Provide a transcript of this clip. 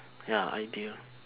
ya ideal